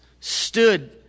stood